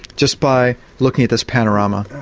just by looking at this panorama,